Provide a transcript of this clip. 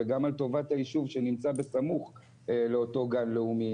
וגם על טובת היישוב שנמצא בסמוך לאותו גן לאומי.